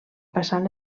passant